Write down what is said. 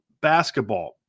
basketball